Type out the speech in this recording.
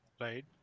right